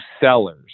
sellers